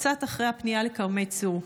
קצת אחרי הפנייה לכרמי צור.